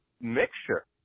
mixture